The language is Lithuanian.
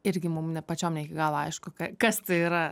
irgi mum ne pačiom ne iki galo aišku ka kas tai yra